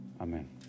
Amen